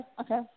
Okay